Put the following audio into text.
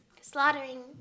slaughtering